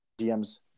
DMs